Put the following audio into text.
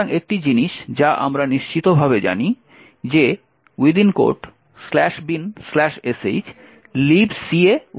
সুতরাং একটি জিনিস যা আমরা নিশ্চিতভাবে জানি যে binsh Libc এ উপস্থিত রয়েছে